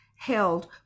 held